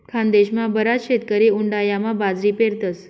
खानदेशमा बराच शेतकरी उंडायामा बाजरी पेरतस